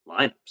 lineups